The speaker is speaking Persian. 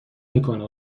میکنه